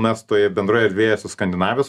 mes toj bendroje erdvėje su skandinavijos